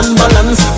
balance